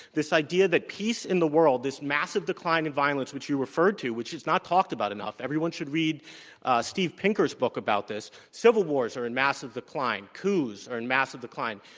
this idea that peace in the world, this massive decline in violence which you referred to, which is not talked about enough everyone should read steve pinker's book about this civil wars are in massive decline, coups are in massive decline,